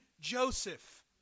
Joseph